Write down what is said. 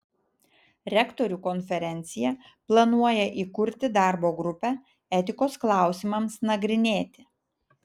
rektorių konferencija planuoja įkurti darbo grupę etikos klausimams nagrinėti